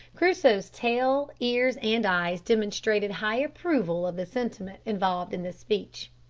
crusoe's tail, ears and eyes demonstrated high approval of the sentiment involved in this speech.